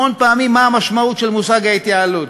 המון פעמים, מה המשמעות של מושג ההתייעלות: